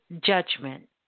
judgment